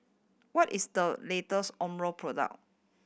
what is the latest Omron product